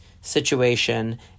situation